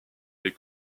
les